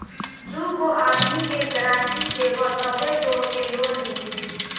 दूगो आदमी के गारंटी देबअ तबे तोहके लोन मिली